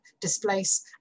displace